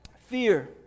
fear